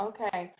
Okay